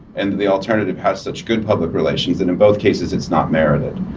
and the alternative has such good public relations, and in both cases it's not merited.